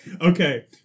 Okay